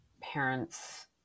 parents